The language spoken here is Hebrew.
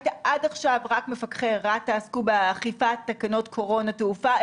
בפסקה (2) במקום "למנהל" יבוא "לנציג משרד הבריאות" ובסופה יבוא ",